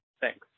Thanks